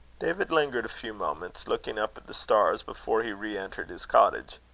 david lingered a few moments, looking up at the stars, before he re-entered his cottage.